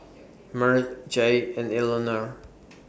Merle Jaye and Elinore